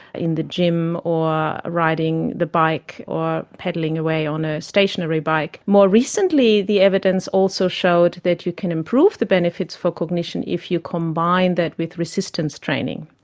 in the gym or riding the bike or peddling away on a stationary bike. more recently the evidence also showed that you can improve the benefits for cognition if you combine that with resistance training,